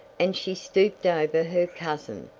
and she stooped over her cousin.